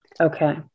Okay